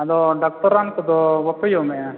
ᱟᱫᱚ ᱰᱟᱠᱛᱚᱨ ᱨᱟᱱ ᱠᱚᱫᱚ ᱵᱟᱯᱮ ᱡᱚᱢᱮᱜᱼᱟ